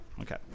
Okay